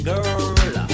Girl